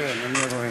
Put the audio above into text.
כן, אני רואה.